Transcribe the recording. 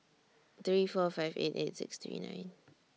three four five eight eight six three nine